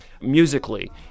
musically